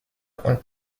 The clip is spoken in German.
und